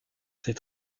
ses